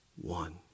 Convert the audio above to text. one